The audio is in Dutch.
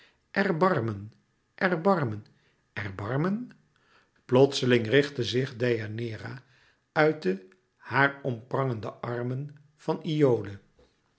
erbarmen erbarmen erbarmen plotseling richtte zich deianeira uit de haar omprangende armen van iole